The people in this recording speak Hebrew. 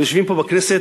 היינו יושבים פה בכנסת,